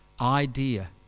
idea